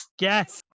Yes